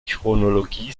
chronologie